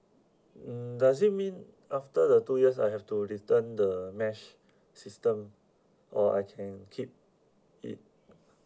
mm does it mean after the two years I have to return the mesh system or I can keep it